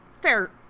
fair